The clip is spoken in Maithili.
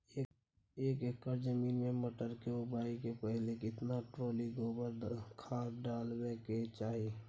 एक एकर जमीन में मटर के बुआई स पहिले केतना ट्रॉली गोबर खाद डालबै के चाही?